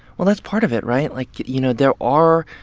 well, that's part of it, right? like, you know, there are,